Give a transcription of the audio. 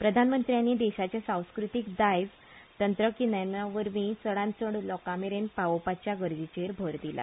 प्रधानमंत्र्यांनी देशाचे सांस्कृतीक दायज तंत्रगिन्याना वरवीं चडांतचड लोकां मेरेन पावोवपाच्या गरजेचेर भर दिला